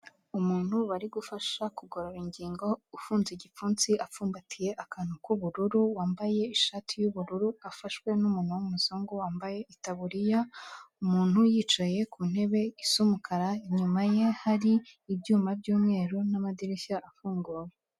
Umuntu bari gufasha kugorora ingingo ufunze igipfunsi apfumbatiye akantu k'ubururu, wambaye ishati y'ubururu afashwe n'umuntu w'umuzungu, wambaye itaburiya, umuntu yicaye ku ntebe isa umukara, inyuma ye hari ibyuma by'umweru n'amadirishya afunguye.